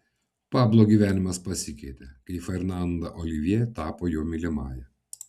pablo gyvenimas pasikeitė kai fernanda olivjė tapo jo mylimąja